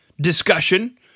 discussion